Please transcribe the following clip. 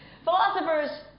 Philosophers